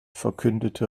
verkündete